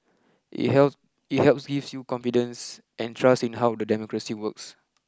it help it helps gives you confidence and trust in how the democracy works